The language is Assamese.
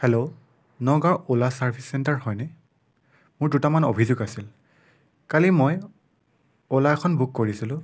hello Nagaon Ola service centre হয়নে মোৰ দুটামান অভিযোগ আছিল কালি মই ওলা এখন বুক কৰিছিলোঁ